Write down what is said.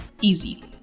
Easy